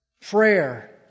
Prayer